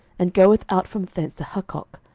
and goeth out from thence to hukkok,